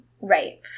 Right